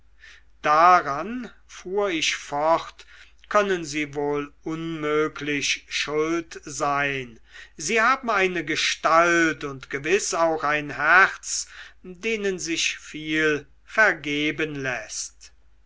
daran fuhr ich fort können sie wohl unmöglich schuld sein sie haben eine gestalt und gewiß auch ein herz denen sich viel vergeben läßt